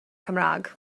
cymraeg